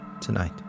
tonight